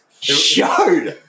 Showed